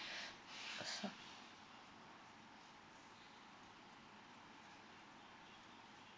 so